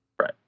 Right